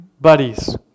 buddies